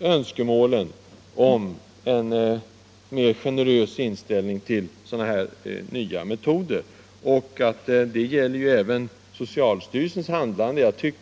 önskemålen om en mer generös inställning till sådana här nya metoder. Det gäller även socialstyrelsens handlande.